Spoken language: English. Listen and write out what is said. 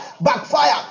backfire